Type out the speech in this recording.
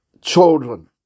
children